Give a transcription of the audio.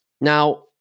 Now